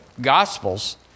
Gospels